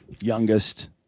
Youngest